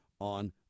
on